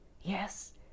yes